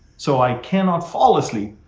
so i cannot fall asleep.